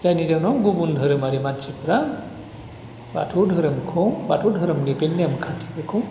जायनि जाउनाव गुबुन धोरोमारि मानसिफ्रा बाथौ धोरोमखौ बाथौ धोरोमनि बे नेमखान्थिफोरखौ